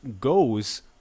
goes